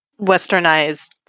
westernized